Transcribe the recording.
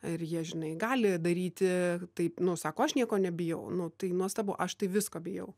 ir jie žinai gali daryti taip nu sako aš nieko nebijau nu tai nuostabu aš tai visko bijau